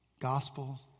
gospel